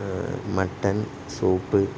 mutton soup